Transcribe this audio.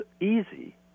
easy